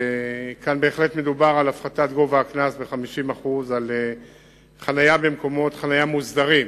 כאן מדובר על הפחתת הקנס ב-50% על חנייה במקומות מסודרים,